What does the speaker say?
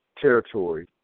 Territory